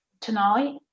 tonight